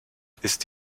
ist